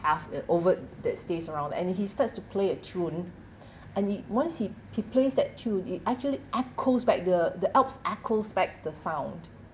pass and overt that stays around and he starts to play a tune and he once he he plays that tune it actually echoes back the the alps echoes back the sound